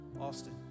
Austin